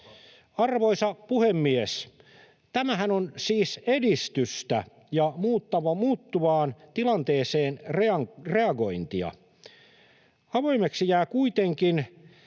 Arvoisa puhemies! Tämähän on siis edistystä ja muuttuvaan tilanteeseen reagointia. Avoimeksi jää kuitenkin,